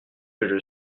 est